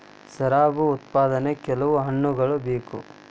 ಶರಾಬು ಉತ್ಪಾದನೆಗೆ ಕೆಲವು ಹಣ್ಣುಗಳ ಬೇಕು